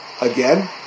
again